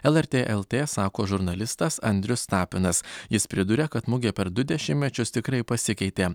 lrt lrt sako žurnalistas andrius tapinas jis priduria kad mugė per du dešimtmečius tikrai pasikeitė